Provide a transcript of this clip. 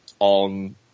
On